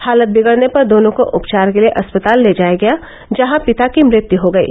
हालत बिगड़ने पर दोनों को उपचार के लिए अस्पताल ले जाया गया जहां पिता की मृत्यु हो गयी